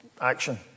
action